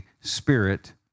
Spirit